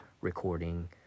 recording